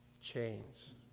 Chains